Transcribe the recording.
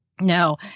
no